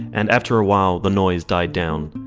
and after a while, the noise died down.